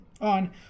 on